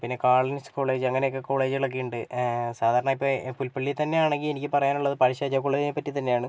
പിന്നെ കാൾൻസ് കോളേജ് അങ്ങനെയൊക്കെ കോളേജുകളൊക്കെയുണ്ട് സാധാരണ ഇപ്പോൾ പുൽപ്പള്ളിയിൽ തന്നെയാണെങ്കിൽ എനിക്ക് പറയാനുള്ളത് പഴശ്ശിരാജാ കോളേജിനെപ്പറ്റി തന്നെയാണ്